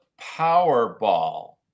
Powerball